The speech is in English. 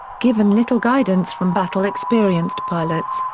given little guidance from battle-experienced pilots,